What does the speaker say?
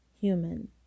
human